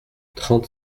trente